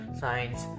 science